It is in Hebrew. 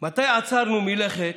מתי עצרנו מלכת?